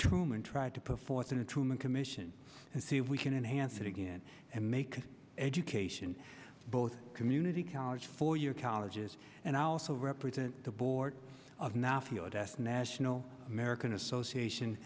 truman tried to put forth in the truman commission and see if we can enhance it again and make education both community college four year colleges and i also represent the board of knopfler desk national american association